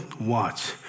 watch